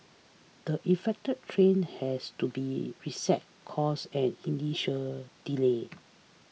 the affect train has to be reset cause an initial delay